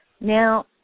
Now